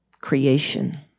creation